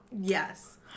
Yes